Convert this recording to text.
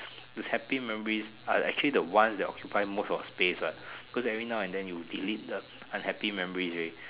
these happy memories are actually the ones that occupy most of space what cause every now and then you delete the unhappy memories already